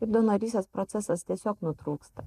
ir donorystės procesas tiesiog nutrūksta